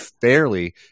fairly